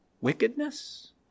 wickedness